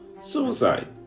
suicide